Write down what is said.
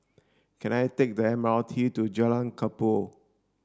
can I take the M R T to Jalan Kubor